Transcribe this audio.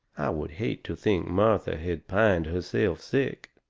would hate to think martha had pined herself sick.